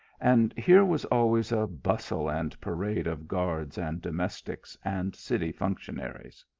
and here was always a bustle and parade of guards, and domestics, and city functionaries.